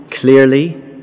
clearly